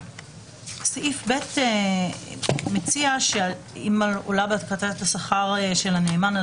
סעיף ב מציע שאם עולה החלטת השכר של הנאמן על